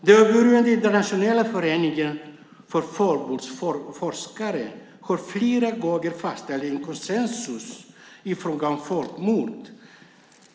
Den oberoende Internationella föreningen för folkmordsforskare har flera gånger fastställt en konsensus i fråga om folkmord.